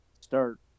start